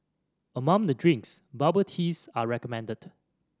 among the drinks bubble teas are recommended